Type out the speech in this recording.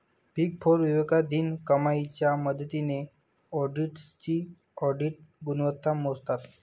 big four विवेकाधीन कमाईच्या मदतीने ऑडिटर्सची ऑडिट गुणवत्ता मोजतात